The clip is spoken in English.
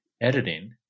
editing